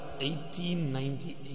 1898